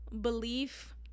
belief